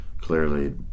clearly